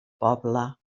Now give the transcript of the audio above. poble